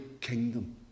kingdom